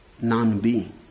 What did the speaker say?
non-being